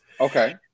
Okay